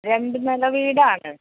രണ്ട് നില വീടാണ്